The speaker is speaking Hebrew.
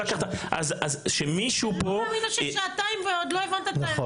אני לא מאמינה ששעתיים ועוד לא הבנת את האירוע.